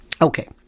Okay